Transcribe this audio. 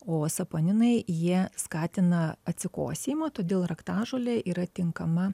o saponinai jie skatina atsikosėjimą todėl raktažolė yra tinkama